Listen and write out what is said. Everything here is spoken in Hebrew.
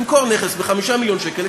למכור נכס ב-5 מיליון שקלים,